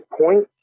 point